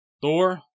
Thor